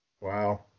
Wow